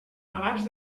abans